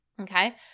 Okay